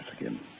again